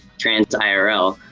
trans irl,